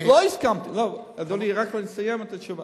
לכן